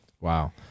Wow